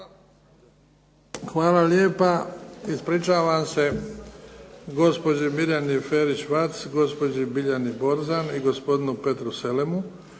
Hvala lijepa. Ispričavam se gospođi Mirjani Ferić-Vac, gospođi Biljani Borzan i gospodinu Petru Selemu